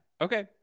Okay